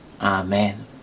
Amen